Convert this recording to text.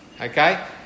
Okay